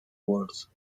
words